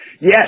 Yes